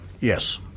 Yes